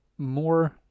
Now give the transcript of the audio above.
More